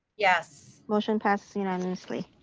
yes. motion passes unanimously.